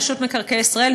רשות מקרקעי ישראל,